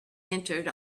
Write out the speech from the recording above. entered